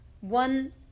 one